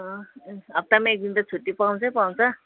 हप्तामा एक दिन त छुट्टी पाउँछै पाउँछ